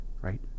right